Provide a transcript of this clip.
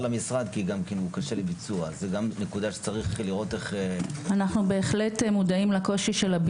אני חייבת להצטרף לתחושה המובנת שאנחנו נמצאים בציון דרך משמעותי